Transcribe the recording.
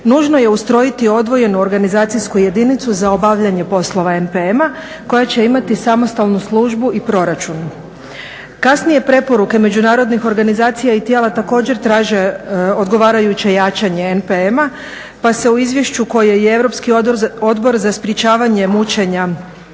Nužno je ustrojiti odvojenu organizacijsku jedinicu za obavljanje poslova NPM-a koja će imati samostalnu službu i proračun. Kasnije preporuke međunarodnih organizacija i tijela također traže odgovarajuće jačanje NPM-a pa se u izvješću koje je i Europski odbor za sprječavanje mučenja,